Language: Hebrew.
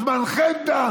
זמנכם תם.